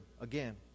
again